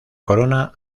corona